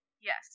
Yes